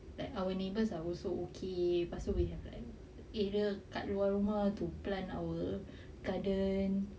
like our neighbours are also okay pastu we have like area kat rumah to plant our garden